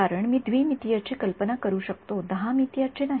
कारण मी द्विमितीय ची कल्पना करु शकतो दहामितीय ची नाही